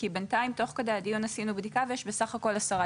כי בינתיים תוך כדי דיון עשינו בדיקה ויש בסך הכל עשרה